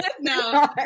No